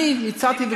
אני הצעתי,